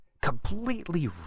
completely